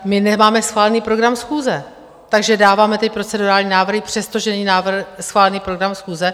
My nemáme schválený program schůze, takže dáváme ty procedurální návrhy, přestože není schválený program schůze?